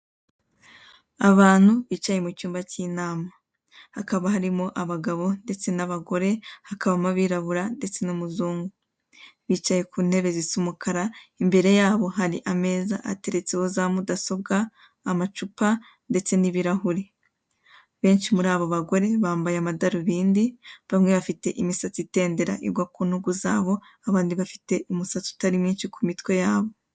Abantu bicaye mu cyumba cy'inama hakaba harimo abagabo ndetse n'abagore, hakabamo abirabura ndetse n'umuzungu. Bicaye ku ntebe zisa umukara imbere yabo hari ameza ateretseho za mudasobwa, amacupa ndetse n'ibirahure benshi muri abo bagore bambaye amadarubindi bamwe bafite imisatsi itendera igwa kuntugu zabo abandi bafite umusatsi utari mwinshi ku mitwe yabo.